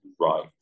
right